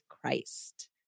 Christ